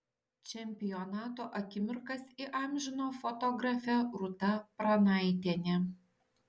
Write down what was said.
čempionato akimirkas įamžino fotografė rūta pranaitienė